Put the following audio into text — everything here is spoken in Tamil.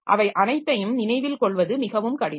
அவை அனைத்தையும் நினைவில் கொள்வது மிகவும் கடினம்